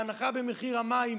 בהנחה במחיר המים.